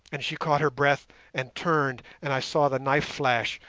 and she caught her breath and turned, and i saw the knife flash,